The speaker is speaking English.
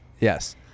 yes